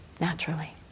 naturally